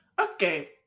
Okay